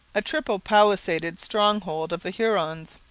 a triple-palisaded stronghold of the hurons.